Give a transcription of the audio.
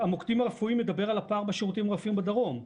מוקדים רפואיים מדובר על הפער בשירותים הרפואיים בדרום,